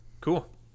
cool